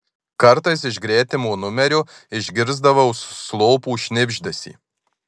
kartais iš gretimo numerio išgirsdavau slopų šnibždesį